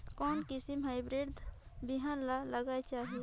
कोन किसम हाईब्रिड बिहान ला लगायेक चाही?